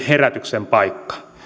herätyksen paikka